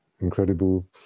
incredible